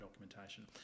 documentation